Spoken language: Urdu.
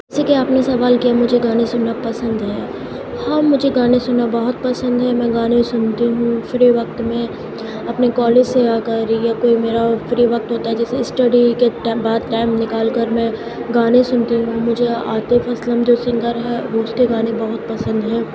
جیسا کہ آپ نے سوال کیا مجھے گانے سننا پسند ہے ہاں مجھے گانے سننا بہت پسند ہے میں گانے سنتی ہوں فری وقت میں اپنے کالج سے آ کر یا کوئی میرا اور کوئی فری وقت ہوتا ہے جیسے اسٹڈی کے بعد ٹائم نکال کر میں گانے سنتی ہوں مجھے عاطف اسلم جو سنگر ہیں اس کے گانے بہت پسند ہیں